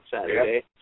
Saturday